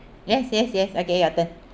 yes yes yes okay your turn